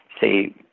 say